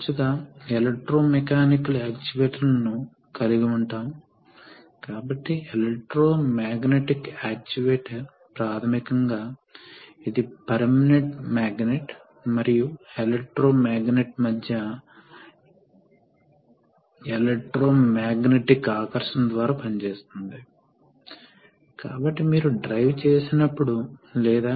తరువాత ఏమి జరుగుతుంది మీరు క్రొత్త సైకిల్ ఎలా ప్రారంభిస్తారు ఒక కొత్త సైకిల్ వాస్తవానికి పుష్ బటన్ ను నొక్కడం ద్వారా ప్రారంభించబడుతుంది కాబట్టి ఈ కాయిల్ అటువంటి ఎలక్ట్రికల్ సర్క్యూట్లో అనుసంధానించబడాలి సైకిల్ చివరిలో ఈ లిమిట్ స్విచ్ ద్వారా దీన్ని స్విచ్ ఆఫ్ చేయవచ్చు మరియు దానిని పుష్ బటన్ ద్వారా స్విచ్ ఆన్ చేయవచ్చు కాబట్టి ప్రతిసారీ మీరు రిట్రాక్షన్ కదలికను ప్రారంభించాలనుకుంటే మీరు ఈ సోలేనోయిడ్ను ఆన్ చేయాలి